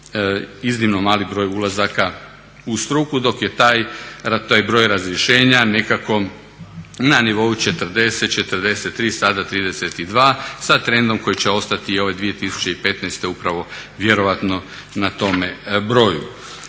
iznimno mali broj ulazaka u struku dok je taj broj razrješenja nekako na nivou 40, 43, sada 32 sa trendom koji će ostati i ove 2015. upravo vjerojatno na tome broju.